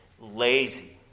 lazy